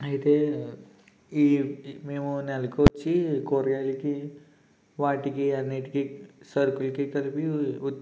అయితే ఈ మేము నెలకొచ్చి కూరగాయలకి వాటికి అన్నిటికి సరుకులకి కలిపి